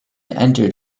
entered